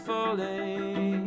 Falling